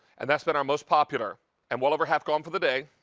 and that's been our most popular and well over half gone for the day.